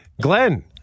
Glenn